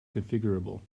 configurable